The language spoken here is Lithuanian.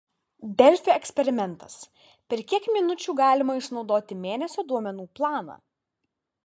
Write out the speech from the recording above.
delfi eksperimentas per kiek minučių galima išnaudoti mėnesio duomenų planą